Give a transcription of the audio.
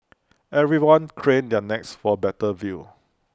everyone craned their necks for better view